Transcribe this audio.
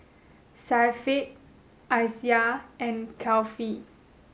Syafiq Aisyah and Kefli